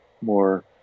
more